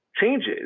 changes